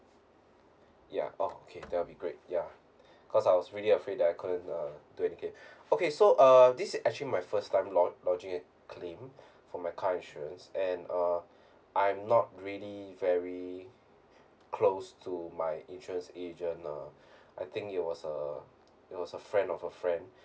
ya oh okay that will be great ya because I was really afraid that I couldn't uh do anything okay so uh this actually my first time lodge lodging a claim for my car insurance and uh I'm not really very close to my insurance agent uh I think it was a it was a friend of a friend